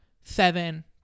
seven